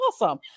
awesome